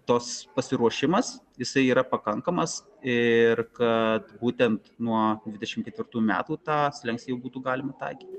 tas pasiruošimas jisai yra pakankamas ir kad būtent nuo dvidešimt ketvirtų metų tą slenkstį būtų galima taikyti